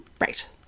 Right